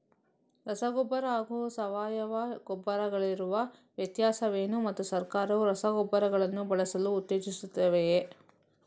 ರಸಗೊಬ್ಬರ ಹಾಗೂ ಸಾವಯವ ಗೊಬ್ಬರ ಗಳಿಗಿರುವ ವ್ಯತ್ಯಾಸವೇನು ಮತ್ತು ಸರ್ಕಾರವು ರಸಗೊಬ್ಬರಗಳನ್ನು ಬಳಸಲು ಉತ್ತೇಜಿಸುತ್ತೆವೆಯೇ?